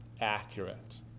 accurate